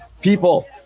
people